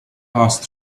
passed